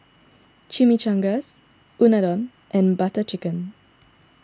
Chimichangas Unadon and Butter Chicken